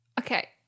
Okay